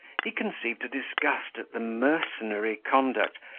he conceived a disgust at the mercenary conduct,